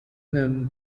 known